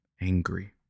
angry